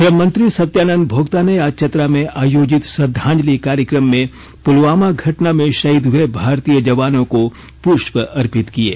श्रम मंत्री सत्यानंद भोक्ता ने आज चतरा में आयोजित श्रद्वांजलि कार्यक्रम में पुलवामा घटना में शहीद हए भारतीय जवानों को पृष्प अर्पित किये